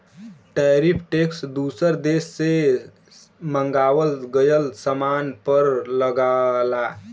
tariff tax दूसर देश से मंगावल गयल सामान पर लगला